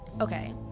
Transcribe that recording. Okay